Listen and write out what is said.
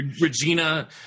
Regina